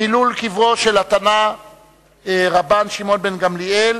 חילול קברו של התנא רבן שמעון בן גמליאל.